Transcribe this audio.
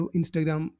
Instagram